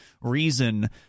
Reason